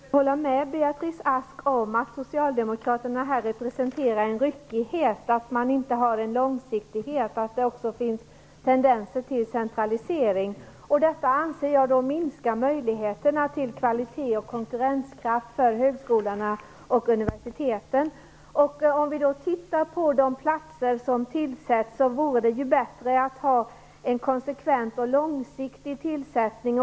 Herr talman! Jag kan hålla med Beatrice Ask om att socialdemokraterna här representerar en ryckighet, att man inte har någon långsiktighet och att det också finns tendenser till centralisering. Detta anser jag minska möjligheterna till kvalitet och konkurrenskraft för högskolorna och universiteten. Om vi tittar på de platser som tillsätts vore det bättre att ha en konsekvent och långsiktig tillsättning.